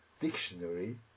dictionary